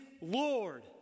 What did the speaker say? Lord